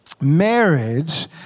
marriage